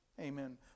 Amen